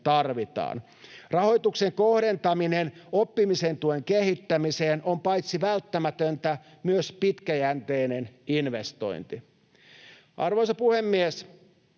Rahoituksen kohdentaminen oppimisen tuen kehittämiseen on paitsi välttämätöntä myös pitkäjänteinen investointi. Arvoisa puhemies!